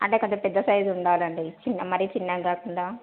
అదే కొంచెం పెద్ద సైజ్ ఉండాలండి చిన్న మరి చిన్నగా కాకుండా